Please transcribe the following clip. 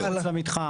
דירה מחוץ למתחם,